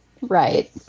Right